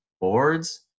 boards